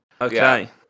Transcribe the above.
Okay